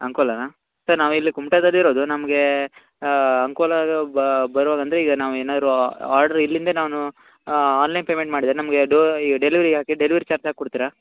ಅಂಕೋಲನಾ sir ನಾವು ಇಲ್ಲೇ ಕುಮ್ಟದಲ್ಲಿ ಇರೋದು ನಮಗೆ ಅಂಕೋಲಾ ಬರುವಾಗ ಅಂದರೆ ಈಗ ನಾವು ಏನಾರು ಆರ್ಡ್ರ್ ಇಲ್ಲಿಂದೆ ನಾನು ಆನ್ಲೈನ್ ಪೇಮೆಂಟ್ ಮಾಡಿದರೆ ನಮಗೆ ಅದು ಡೆಲಿವರಿ ಹಾಕಿ ಡೆಲಿವೆರಿ ಚಾರ್ಜ್ ಹಾಕ್ ಕೊಡ್ತೀರ